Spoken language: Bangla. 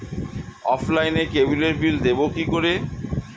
অফলাইনে ক্যাবলের বিল দেবো কি করে?